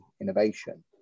innovation